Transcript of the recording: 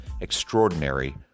extraordinary